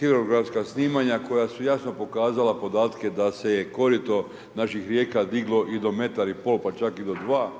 hidrografska snimanja koja su jasno pokazala podatke da se je korito naših rijeka diglo i do metar i pol pa čak i do dva